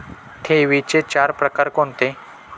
ठेवींचे चार प्रकार कोणते?